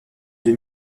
deux